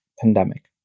pandemic